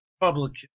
Republican